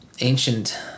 ancient